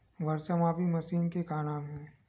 वर्षा मापी मशीन के का नाम हे?